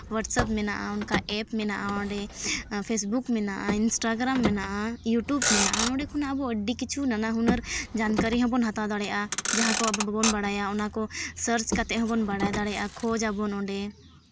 WhatsApp ᱢᱮᱱᱟᱜᱼᱟ ᱚᱱᱠᱟ app ᱢᱮᱱᱟᱜᱼᱟ ᱚᱸᱰᱮ ᱯᱷᱮᱥᱵᱩᱠ ᱢᱮᱱᱟᱜᱼᱟ ᱤᱱᱥᱴᱟᱜᱨᱟᱢ ᱢᱮᱱᱟᱜᱼᱟ ᱤᱭᱩᱴᱩᱵᱽ ᱢᱮᱱᱟᱜᱼᱟ ᱱᱚᱰᱮ ᱠᱷᱚᱱᱟᱜ ᱟᱵᱚ ᱟᱹᱰᱤ ᱠᱤᱪᱷᱩ ᱱᱟᱱᱟ ᱦᱩᱱᱟᱹᱨ ᱡᱟᱱᱠᱟᱹᱨᱤ ᱦᱚᱸᱵᱚᱱ ᱦᱟᱛᱟᱣ ᱫᱟᱲᱮᱭᱟᱜᱼᱟ ᱡᱟᱦᱟᱸ ᱠᱚ ᱟᱵᱚ ᱵᱟᱵᱚᱱ ᱵᱟᱲᱟᱭᱟ ᱚᱱᱟ ᱠᱚ ᱥᱟᱨᱪ ᱠᱟᱛᱮᱫ ᱦᱚᱸᱵᱚᱱ ᱵᱟᱲᱟᱭ ᱫᱟᱲᱮᱭᱟᱜᱼᱠᱷᱳᱡᱽ ᱟᱵᱚᱱ ᱚᱸᱰᱮ